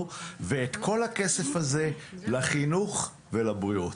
ואת כל הכסף הזה נוכל להעביר לחינוך ולבריאות.